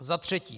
Za třetí.